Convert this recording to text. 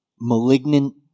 malignant